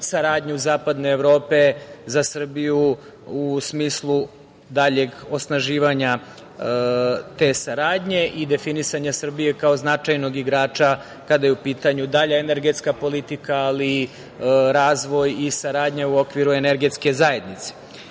saradnju zapadne Evrope za Srbiju u smislu daljeg osnaživanja te saradnje i definisanja Srbije kao značajnog igrača kada je u pitanju dalja energetska politika ali i razvoj i saradnja u okviru energetske zajednice. Jako